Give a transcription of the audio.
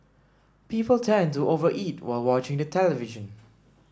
people tend to over eat while watching the television